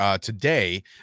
today